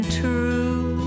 true